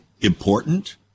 important